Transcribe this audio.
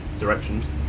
directions